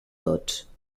tots